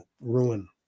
ruin